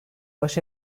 baş